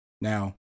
Now